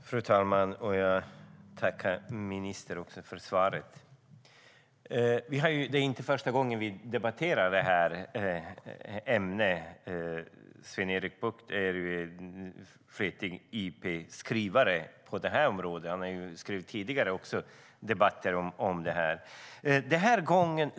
Fru talman! Jag tackar ministern för svaret. Det är inte första gången vi debatterar det här ämnet. Sven-Erik Bucht är en flitig interpellationsskrivare på det här området. Han har interpellerat tidigare om det här.